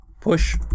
Push